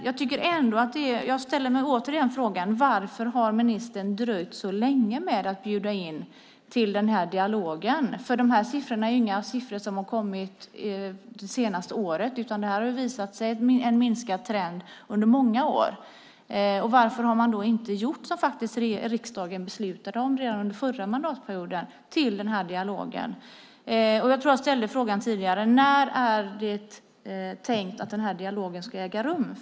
Jag ställer mig återigen frågan: Varför har ministern dröjt så länge med att bjuda in till den här dialogen? De här siffrorna har ju inte kommit det senaste året, utan minskningen är en trend som har pågått under många år. Varför har man då inte gjort det som riksdagen faktiskt beslutade redan under den förra mandatperioden och bjudit in till den här dialogen? Jag tror att jag ställde frågan tidigare: När är det tänkt att den här dialogen ska äga rum?